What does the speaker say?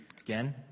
Again